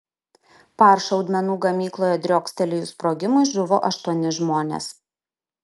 par šaudmenų gamykloje driokstelėjus sprogimui žuvo aštuoni žmonės